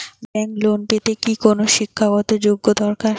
Bank loan পেতে কি কোনো শিক্ষা গত যোগ্য দরকার?